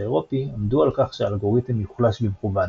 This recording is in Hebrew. האירופי עמדו על כך שהאלגוריתם יוחלש במכוון.